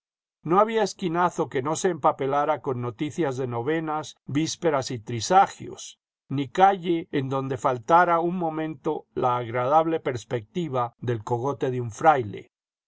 no había esquinazo que no se empapelara con noticias de novenas vísperas y trisagios ni calle en donde faltara un momento la agradable perspectiva del cogote de un fraile